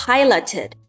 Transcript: Piloted